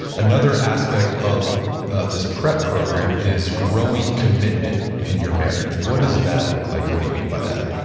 another aspect of of this prep program is growing commitment in your marriage. what does that look like, and what do you mean by that?